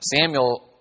Samuel